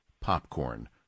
popcorn